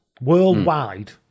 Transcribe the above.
worldwide